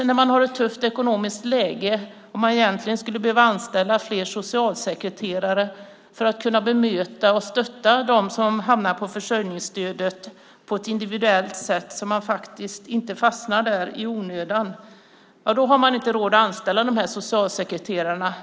När man har ett tufft ekonomiskt läge och egentligen skulle behöva anställa fler socialsekreterare för att på ett individuellt sätt kunna bemöta och stötta dem som hamnar på försörjningsstöd, så att de inte fastnar i det i onödan, har man inte råd att anställa dessa socialsekreterare.